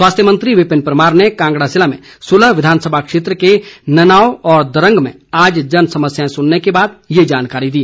स्वास्थ्य मंत्री विपिन परमार ने कांगड़ा जिले में सुलह विधानसभा क्षेत्र के ननाओं और दरंग में आज जन समस्याएं सुनने के बाद ये जानकारी दी